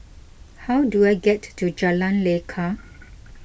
how do I get to Jalan Lekar